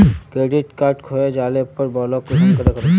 Credit card खोये जाले पर ब्लॉक कुंसम करे करूम?